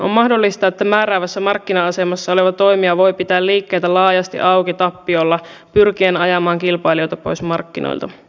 on mahdollista että määräävässä markkina asemassa oleva toimija voi pitää liikkeitä laajasti auki tappiolla pyrkien ajamaan kilpailijoita pois markkinoilta